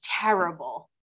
terrible